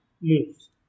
moves